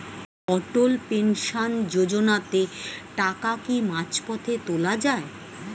অটল pension যোজনাতে টাকা কি মাঝপথে তোলা যায়?